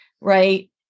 right